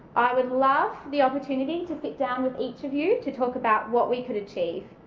i would love the opportunity to sit down with each of you to talk about what we could achieve.